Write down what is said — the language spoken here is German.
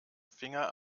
finger